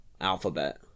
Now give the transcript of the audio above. alphabet